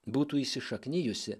būtų įsišaknijusi